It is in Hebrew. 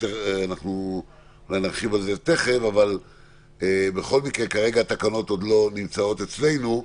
תכף נרחיב על זה אבל בכל מקרה כרגע התקנות עוד לא נמצאות אצלנו.